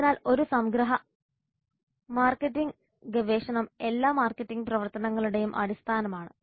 അതിനാൽ ഒരു സംഗ്രഹ മാർക്കറ്റിംഗ് ഗവേഷണം എല്ലാ മാർക്കറ്റിംഗ് പ്രവർത്തനങ്ങളുടെയും അടിസ്ഥാനമാണ്